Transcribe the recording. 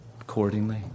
accordingly